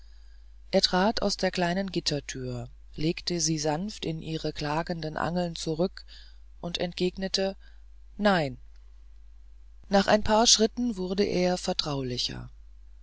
er trat aus der kleinen gittertür legte sie sanft in ihre klagenden angeln zurück und entgegnete nein nach ein paar schritten wurde er vertraulicher